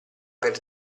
per